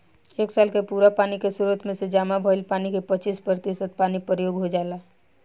एक साल के पूरा पानी के स्रोत में से जामा भईल पानी के पच्चीस प्रतिशत पानी प्रयोग हो जाला